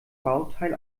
bauteil